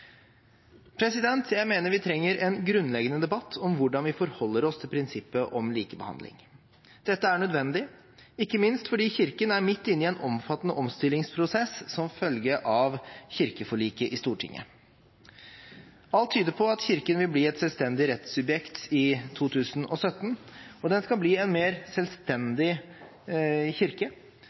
Jeg mener vi trenger en grunnleggende debatt om hvordan vi forholder oss til prinsippet om likebehandling. Dette er nødvendig, ikke minst fordi Kirken er midt inne i en omfattende omstillingsprosess som følge av kirkeforliket i Stortinget. Alt tyder på at Kirken vil bli et selvstendig rettssubjekt i 2017, den skal bli en mer selvstendig kirke